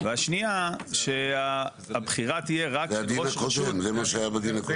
והשנייה שהבחירה תהיה רק של ראש רשות --- זה מה שהיה בדיון הקודם.